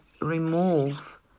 remove